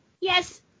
yes